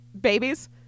babies